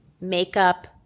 makeup